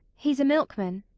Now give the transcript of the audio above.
he's a milkman.